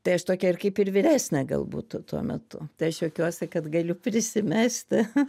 tai aš tokia ir kaip ir vyresnė galbūt tuo metu tai aš juokiuosi kad galiu prisimesti